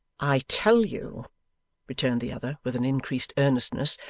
i tell you returned the other with an increased earnestness,